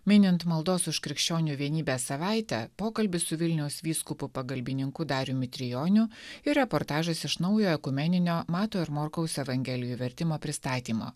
minint maldos už krikščionių vienybės savaitę pokalbis su vilniaus vyskupu pagalbininku dariumi trijoniu ir reportažas iš naujojo ekumeninio mato ir morkaus evangelijų vertimo pristatymo